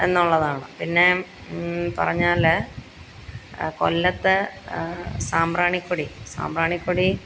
എന്നുള്ളതാണ് പിന്നെ പറഞ്ഞാല് കൊല്ലത്ത് സാമ്പ്രാണിക്കൊടി സാമ്പ്രാണിക്കൊടി